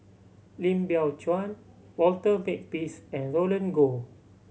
Lim Biow Chuan Walter Makepeace and Roland Goh